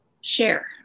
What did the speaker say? share